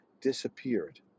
disappeared